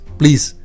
please